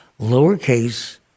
Lowercase